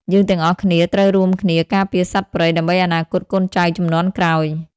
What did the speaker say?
យើងទាំងអស់គ្នាត្រូវរួមគ្នាការពារសត្វព្រៃ ដើម្បីអនាគតកូនចៅជំនាន់ក្រោយ។